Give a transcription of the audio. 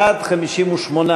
חוק חיילים משוחררים,